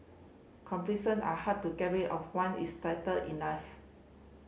complacency are hard to get rid of one it's settled in us